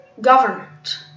government